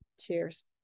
cheers